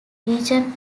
region